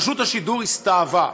רשות השידור הסתאבה.